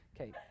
Okay